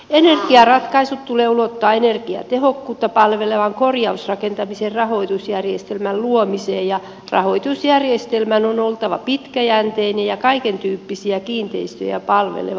energiaratkaisut tulee ulottaa energiatehokkuutta palvelevan korjausrakentamisen rahoitusjärjestelmän luomiseen ja rahoitusjärjestelmän on oltava pitkäjänteinen ja kaikentyyppisiä kiinteistöjä palveleva